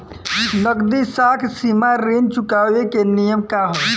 नगदी साख सीमा ऋण चुकावे के नियम का ह?